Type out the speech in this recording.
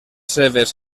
seves